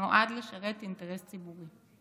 נועד לשרת אינטרס ציבורי?